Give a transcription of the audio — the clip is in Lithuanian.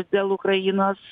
dėl ukrainos